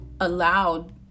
allowed